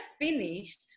finished